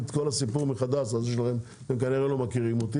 את כל הסיפור מחדש אתם כנראה לא מכירים אותי.